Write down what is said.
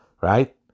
right